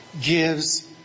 gives